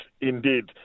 indeed